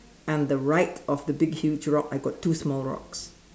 and the right of the big huge rock I got two small rocks